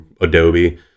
adobe